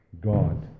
God